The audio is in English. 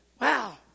wow